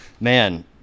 man